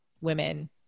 women